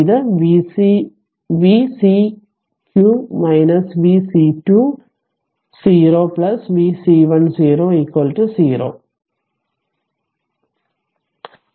അത് v cq v C2 0 v C1 0 0